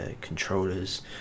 controllers